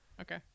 okay